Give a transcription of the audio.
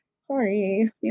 Sorry